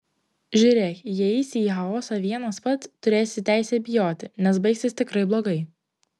žiūrėk jei eisi į chaosą vienas pats turi teisę bijoti nes baigsis tikrai blogai